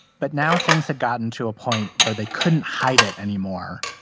but now things have gotten to a point where they couldn't hide it anymore.